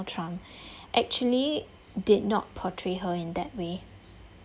trump actually did not portray her in that way